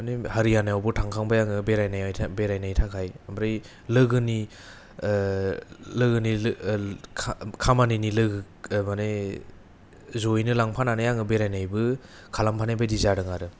मानि हारिय़ाना आवबो थांखांबाय आङो बेरायनाय था बेरायनो थाखाय ओमफ्राय लोगोनि लोगोनि लो खा खामानिनि लोगो माने जयैनो लांफानानै आङो बेरायनायबो खालामफानाय बायदि जादों आरो